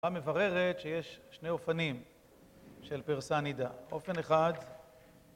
מבררת שיש שני אופנים של פרסה נידה, אופן אחד